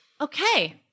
Okay